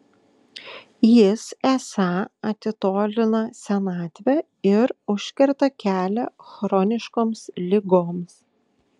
jis esą atitolina senatvę ir užkerta kelią chroniškoms ligoms